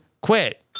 quit